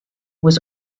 was